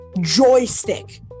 joystick